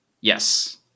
Yes